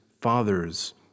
fathers